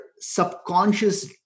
subconscious